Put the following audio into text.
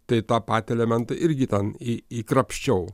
tai tą patį elementą irgi ten į įkrapščiau